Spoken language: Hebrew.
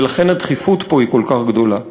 ולכן הדחיפות פה היא כל כך גדולה.